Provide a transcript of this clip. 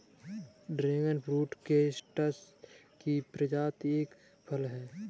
dragon fruit cactus की प्रजाति का एक फल है